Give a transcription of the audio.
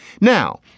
Now